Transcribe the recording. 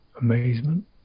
amazement